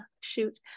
shoot